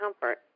comfort